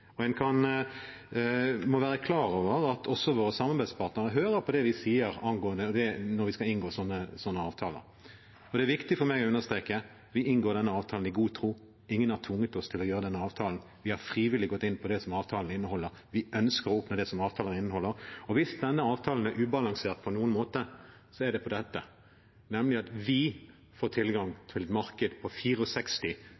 må være klar over at også våre samarbeidspartnere hører på det vi sier når vi skal inngå sånne avtaler. Det er viktig for meg å understreke at vi inngår denne avtalen i god tro. Ingen har tvunget oss til å gjøre denne avtalen. Vi har frivillig gått inn på det som avtalen inneholder. Vi ønsker å oppnå det som avtalen inneholder. Hvis denne avtalen er ubalansert på noen måte, er det på dette: nemlig at vi får